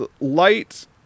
light